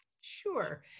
Sure